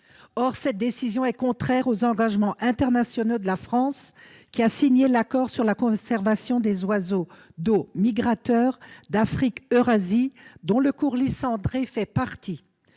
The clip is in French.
Or cette décision est contraire aux engagements internationaux de la France, signataire de l'accord sur la conservation des oiseaux d'eau migrateurs d'Afrique-Eurasie, dont le courlis cendré fait partie.